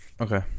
okay